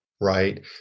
Right